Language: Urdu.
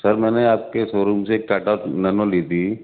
سر میں نے آپ کے سو روم سے ایک ٹاٹا نینو لی تھی